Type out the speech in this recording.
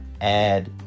add